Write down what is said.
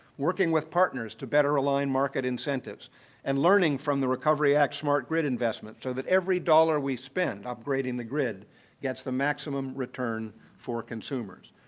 working with partners to better align market incentives and learning from the recovery act smart grid investment so that every dollar we spend upgrading the grid gets the maximum return for consumers.